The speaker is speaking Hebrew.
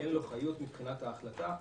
אין לו חיות מבחינת ההחלטה.